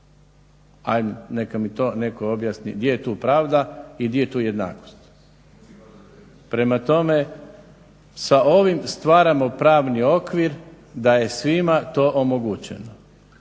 Hajde neka mi to netko objasni gdje je tu pravda i gdje je tu jednakost. Prema tome, sa ovim stvaramo pravni okvir da je svima to omogućeno